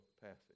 passage